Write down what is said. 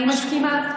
אני מסכימה,